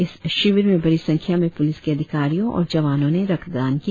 इस शिविर में बड़ी संख्या में पुलिस के अधिकारियों और जवानों ने रक्तदान किया